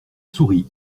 sourit